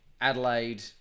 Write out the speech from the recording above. Adelaide